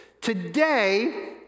Today